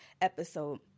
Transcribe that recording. episode